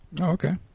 Okay